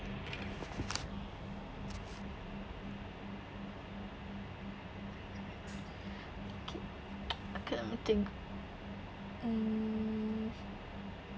okay let me think mm